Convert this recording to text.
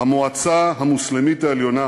המועצה המוסלמית העליונה